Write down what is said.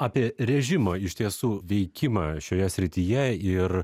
apie režimo iš tiesų veikimą šioje srityje ir